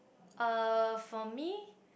uh for me